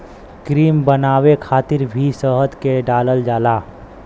cream बनावे खातिर भी शहद के डालल जाला